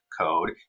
code